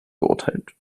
geurteilt